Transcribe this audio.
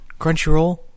Crunchyroll